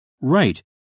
Right